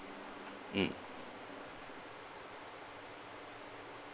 mm